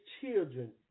children